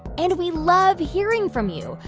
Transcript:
and we love hearing from you.